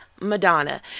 madonna